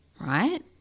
Right